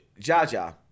Jaja